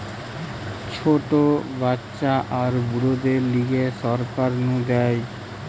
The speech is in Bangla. ছোট বাচ্চা আর বুড়োদের লিগে সরকার নু দেয়